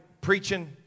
preaching